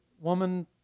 woman